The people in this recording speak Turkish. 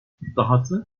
dahası